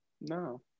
No